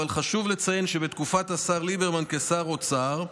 אבל חשוב לציין שבתקופת השר ליברמן כשר אוצר,